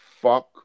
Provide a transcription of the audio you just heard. Fuck